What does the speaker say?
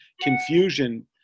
confusion